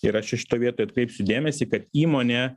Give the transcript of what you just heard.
ir aš čia šioj vietoj atkreipsiu dėmesį kad įmonė